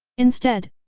instead,